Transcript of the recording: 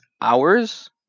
hours